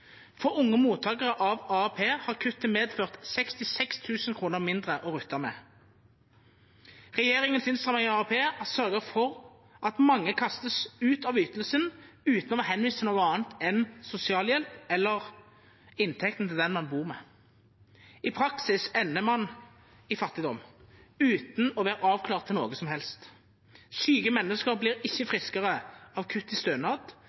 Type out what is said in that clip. For unge mottakere av AAP har kuttet medført 66 000 kr mindre å rutte med. Regjeringens innstramminger i AAP har sørget for at mange kastes ut av ytelsen uten å være henvist til noe annet enn sosialhjelp eller inntekten til den man bor med. I praksis ender man i fattigdom, uten å være avklart til noe som helst. Syke mennesker blir ikke friskere av kutt i